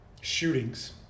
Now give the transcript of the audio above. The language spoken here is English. shootings